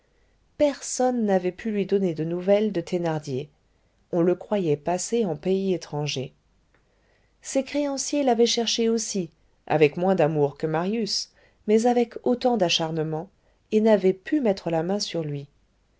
personne n'avait pu lui donner de nouvelles de thénardier on le croyait passé en pays étranger ses créanciers l'avaient cherché aussi avec moins d'amour que marius mais avec autant d'acharnement et n'avaient pu mettre la main sur lui